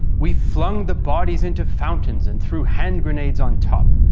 we flung the bodies into fountains and threw hand grenades on top.